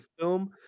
film